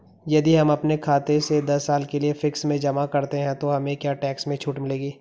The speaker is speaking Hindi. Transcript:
यदि हम अपने खाते से दस साल के लिए फिक्स में जमा करते हैं तो हमें क्या टैक्स में छूट मिलेगी?